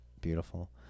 beautiful